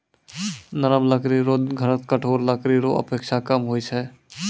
नरम लकड़ी रो घनत्व कठोर लकड़ी रो अपेक्षा कम होय छै